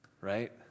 right